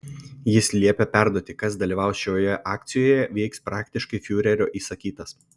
jis liepė perduoti kas dalyvaus šioje akcijoje veiks praktiškai fiurerio įsakytas